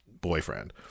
boyfriend